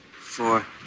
four